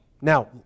Now